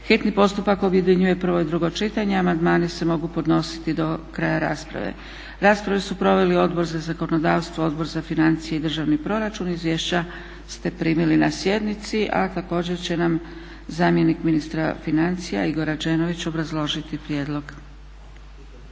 hitni postupak objedinjuje prvo i drugo čitanje. Amandmani se mogu podnositi do kraja rasprave. Raspravu su proveli Odbor za zakonodavstvo i Odbor za financije i državni proračun. Izvješća ste primili na sjednici, a također će nam zamjenik ministra financija Igor Rađenović obrazložiti prijedlog.